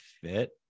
fit